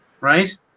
right